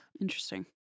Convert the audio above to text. Interesting